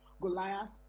Goliath